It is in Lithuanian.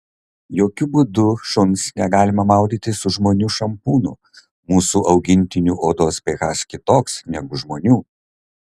jokiu būdu šuns negalima maudyti su žmonių šampūnu mūsų augintinių odos ph kitoks negu žmonių